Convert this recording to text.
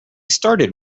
started